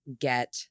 get